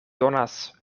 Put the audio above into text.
donas